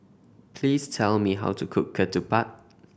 please tell me how to cook ketupat